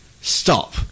stop